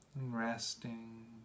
resting